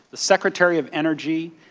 the secretary of energy.